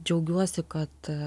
džiaugiuosi kad